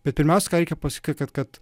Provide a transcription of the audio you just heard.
bet pirmiausia ką reikia pasakyt kad kad